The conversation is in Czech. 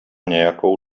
nějakou